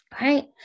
right